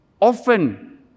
Often